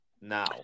now